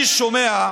אני שומע,